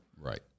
Right